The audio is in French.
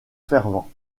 fervent